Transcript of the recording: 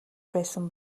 байсан